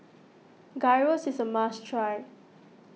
Gyros is a must try